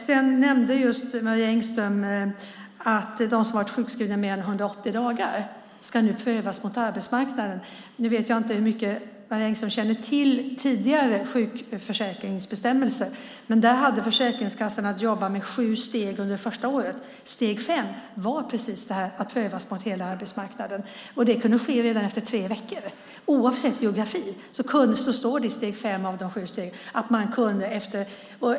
Sedan nämnde Marie Engström att de som har varit sjukskrivna mer än 180 dagar nu ska prövas mot arbetsmarknaden. Jag vet inte hur mycket Marie Engström känner till de tidigare sjukförsäkringsbestämmelserna. Där hade Försäkringskassan att jobba med sju steg under det första året. Steg fem var precis detta, nämligen att prövas mot hela arbetsmarknaden, och det kunde ske redan efter tre veckor oavsett geografin. Det står i steg fem av de sju stegen.